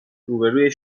روبروی